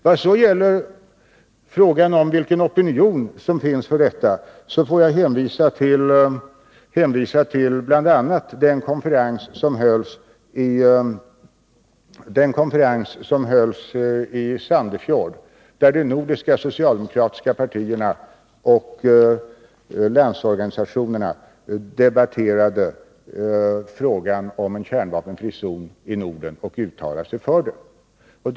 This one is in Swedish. Vad sedan gäller frågan om vilken opinion som finns för detta får jag hänvisa till bl.a. den konferens som hölls i Sandefjord, där de nordiska socialdemokratiska partierna och landsorganisationerna debatterade frågan om en kärnvapenfri zon i Norden och uttalade sig för en sådan.